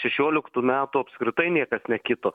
šešioliktų metų apskritai niekas nekito